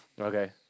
Okay